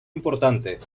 importante